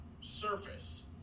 surface